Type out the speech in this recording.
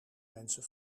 mensen